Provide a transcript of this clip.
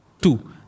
Two